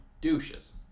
douches